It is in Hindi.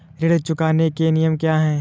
ऋण चुकाने के नियम क्या हैं?